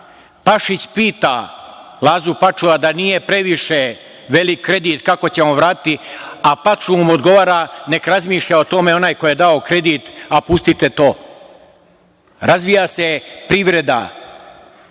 Pašić pita Lazu Pačua da nije previše velik kredit, kako ćemo vratiti, a Paču mu odgovara - nek razmišlja o tome onaj ko je dao kredit, a pustite to. Razvija se privreda,